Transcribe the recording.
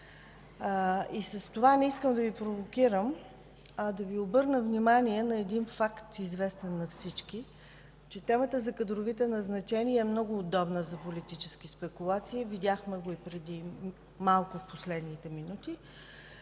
С това не искам да Ви провокирам, а да Ви обърна внимание на един факт, известен на всички, че темата за кадровите назначения е много удобна за политически спекулации. Видяхме го и преди малко, в последните минути.